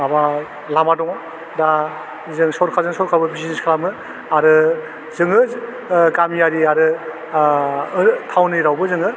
माबा लामा दङ दा जों सरकारजों सरकारबो बिजनेज खालामो आरो जोङो ओह गामियारि आरो आह ओ टाउन एरियावबो जोङो